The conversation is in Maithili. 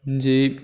जी